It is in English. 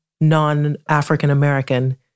non-African-American